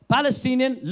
Palestinian